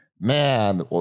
man